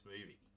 movie